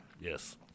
Yes